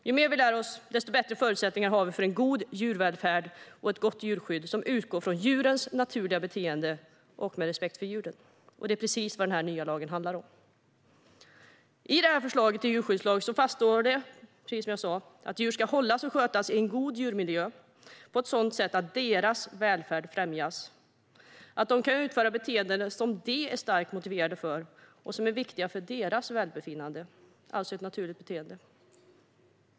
Ju mer vi lär oss, desto bättre förutsättningar har vi för en god djurvälfärd och ett gott djurskydd som utgår från djurens naturliga beteende och respekt för djuren. Det är precis det som denna nya lag handlar om. I förslaget till ny djurskyddslag slås det fast, precis som jag sa, att djur ska hållas och skötas i en god djurmiljö på ett sådant sätt att deras välfärd främjas, att de kan utföra beteenden som de är starkt motiverade för och som är viktiga för deras välbefinnande, alltså ett naturligt beteende.